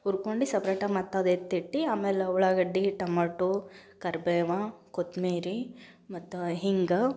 ಹುರ್ಕೊಂಡು ಸಪ್ರೇಟಾಗಿ ಮತ್ತು ಅದು ಎತ್ತಿಟ್ಟು ಆಮೇಲೆ ಉಳ್ಳಾಗಡ್ಡಿ ಟಮಾಟೋ ಕರ್ಬೇವು ಕೊತ್ಮರಿ ಮತ್ತು ಹಿಂಗೆ